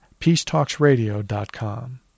peacetalksradio.com